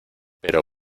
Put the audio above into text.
pero